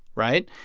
right?